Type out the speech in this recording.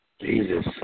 Jesus